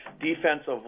defensive